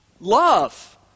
love